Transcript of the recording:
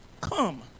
come